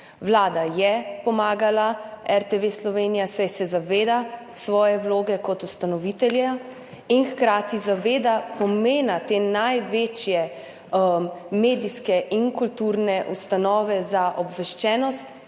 Vlada je pomagala RTV Slovenija, saj se zaveda svoje vloge kot ustanovitelja in hkrati zaveda pomena te največje medijske in kulturne ustanove za obveščenost